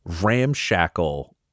ramshackle